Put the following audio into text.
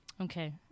Okay